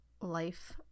life